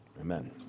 Amen